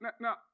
now